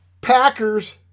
Packers